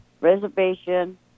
reservation